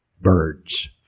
birds